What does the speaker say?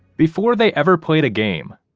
before they ever played a game,